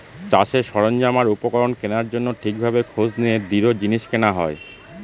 চাষের সরঞ্জাম আর উপকরণ কেনার জন্য ঠিক ভাবে খোঁজ নিয়ে দৃঢ় জিনিস কেনা হয়